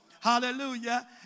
Hallelujah